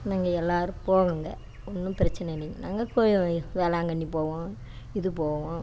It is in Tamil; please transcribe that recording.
நாங்க எல்லாேரும் போவோங்க ஒன்றும் பிரச்சினை இல்லைங்க நாங்கள் வேளாங்கண்ணி போவோம் இதுபோவோம்